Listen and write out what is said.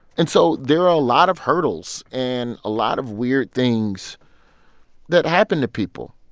and so there are a lot of hurdles and a lot of weird things that happen to people.